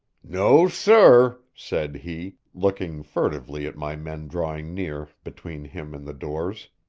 no, sir, said he, looking furtively at my men drawing near, between him and the doors.